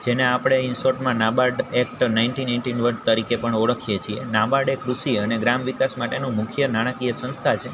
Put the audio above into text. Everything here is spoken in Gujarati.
જેને આપણે ઇનસોર્ટમાં NABARD act nineteen eighteen one તરીકે પણ ઓળખીએ છીએ નાબાડ એ કૃષિ અને ગ્રામ વિકાસ માટેનું મુખ્ય નાણાંકીય સંસ્થા છે